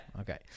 Okay